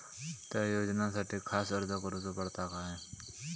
त्या योजनासाठी खास अर्ज करूचो पडता काय?